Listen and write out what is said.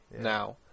now